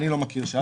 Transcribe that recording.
אני לא מכיר שעלה.